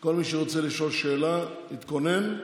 כל מי שרוצה לשאול שאלה, יתכונן,